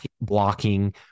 blocking